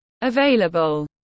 available